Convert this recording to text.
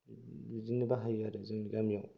बिदिनो बाहायो आरो जोंनि गामियाव